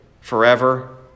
forever